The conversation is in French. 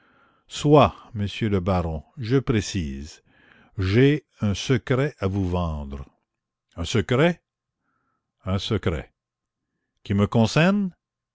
soit monsieur le baron je précise j'ai un secret à vous vendre un secret un secret qui me concerne